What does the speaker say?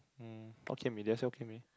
mm okay that's Hokkien-Mee